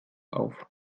auf